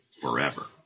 forever